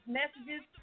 messages